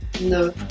No